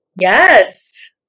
Yes